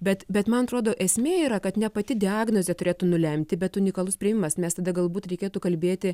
bet bet man atrodo esmė yra kad ne pati diagnozė turėtų nulemti bet unikalus priėjimas mes tada galbūt reikėtų kalbėti